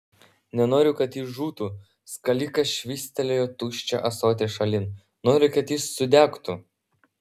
nenoriu kad jis žūtų skalikas švystelėjo tuščią ąsotį šalin noriu kad jis sudegtų